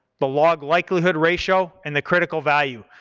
the log likelihood ratio, and the critical value.